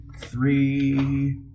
three